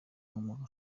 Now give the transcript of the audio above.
nk’umuntu